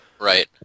Right